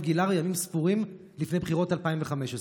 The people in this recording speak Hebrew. גילהר ימים ספורים לפני בחירות 2015,